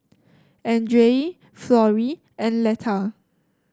Andrae Florrie and Leta